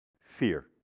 fear